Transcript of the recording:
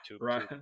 Right